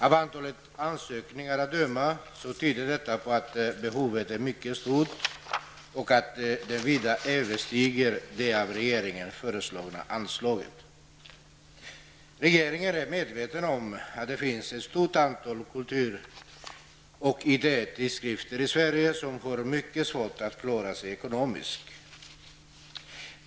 Antalet ansökningar tyder på att behovet är mycket stort och vida överstiger det av regeringen föreslagna anslaget. Regeringen är medveten om att det finns ett stort antal kultur och idétidskrifter i Sverige som har mycket svårt att klara sig ekonomiskt.